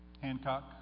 Hancock